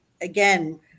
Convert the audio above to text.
again